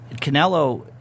Canelo